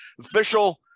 Official